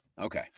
Okay